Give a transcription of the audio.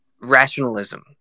rationalism